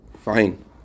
fine